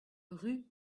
rue